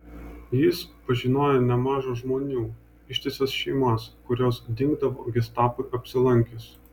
jis pažinojo nemaža žmonių ištisas šeimas kurios dingdavo gestapui apsilankius